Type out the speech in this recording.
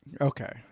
Okay